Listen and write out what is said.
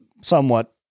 somewhat